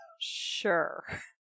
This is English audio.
Sure